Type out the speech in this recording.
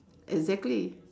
exactly